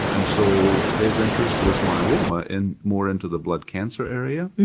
and so his interest was myeloma and more into the blood cancer area,